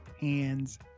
Hands